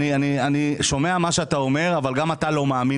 אני שומע מה אתה אומר אבל גם אתה לא מאמין